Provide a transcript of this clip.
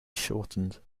shortened